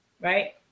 Right